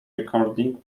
recording